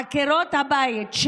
עקרות הבית,